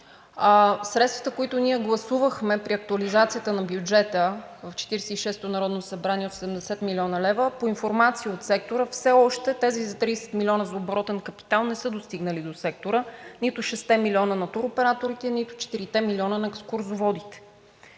средствата, които ние гласувахме при актуализацията на бюджета в Четиридесет и шестото народно събрание, от 70 млн. лв. – по информация от сектора, все още тези 30 милиона за оборотен капитал не са достигнали до сектора, нито шестте милиона на туроператорите, нито четирите милиона на екскурзоводите.